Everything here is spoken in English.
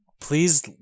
please